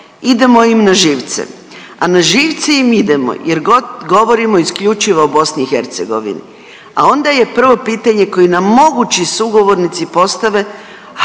Idemo im na živce, a na živce im idemo jer govorimo isključivo o BiH, a onda je prvo pitanje koje nam mogući sugovornici postave,